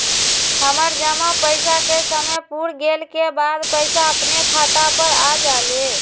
हमर जमा पैसा के समय पुर गेल के बाद पैसा अपने खाता पर आ जाले?